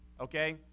okay